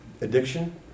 addiction